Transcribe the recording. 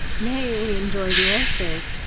nay, we enjoy the answers,